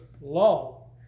law